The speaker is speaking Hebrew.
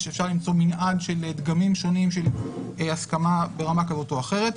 אפשר למצוא מנעד של דגמים שונים של הסכמה ברמה כזאת או אחרת.